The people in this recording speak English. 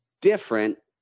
different